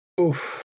Oof